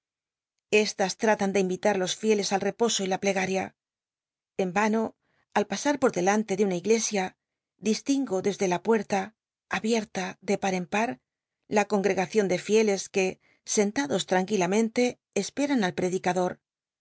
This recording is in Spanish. estas tra tan de invitar los fieles al reposo y la plegaria en vano al pasar por delan te de una iglesia distingo desde la puerta abieta de par en a la congregacion de fieles que sentados tranquilamente esperan al predicado